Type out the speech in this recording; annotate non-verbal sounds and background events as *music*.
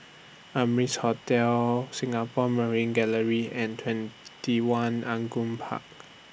Amrise Hotel Singapore Marine Gallery and TwentyOne *unintelligible* Park